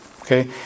Okay